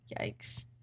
Yikes